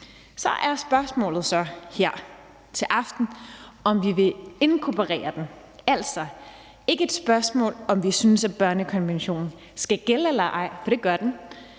Så spørgsmålet er her til aften, om vi vil inkorporere den. Det er altså ikke et spørgsmål om, om vi synes, at børnekonventionen skal gælde eller ej, for det gør den,